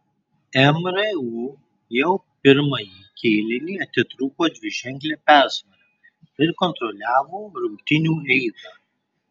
mru jau pirmąjį kėlinį atitrūko dviženkle persvara ir kontroliavo rungtynių eigą